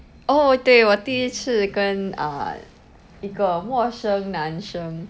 oh 对我第一次跟 uh 一个陌生男生